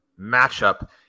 matchup